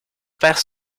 perd